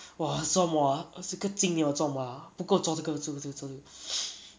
!wah! 做么 ah 二十个金没有中 mah 不够做这个这个这个